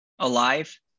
alive